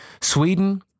Sweden